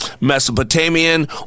Mesopotamian